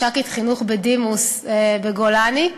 מש"קית חינוך בדימוס בגולני.